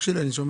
אלה